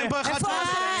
אין כאן אחד שלא מגנה.